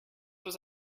was